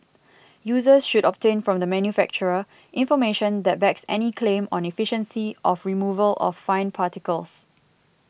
users should obtain from the manufacturer information that backs any claim on efficiency of removal of fine particles